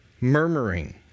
murmuring